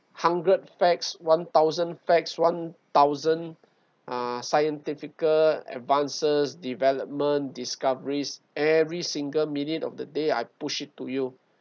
hundred facts one thousand facts one thousand uh scientifical advances development discoveries every single minute of the day I push it to you